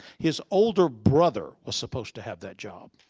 his older brother was supposed to have that job.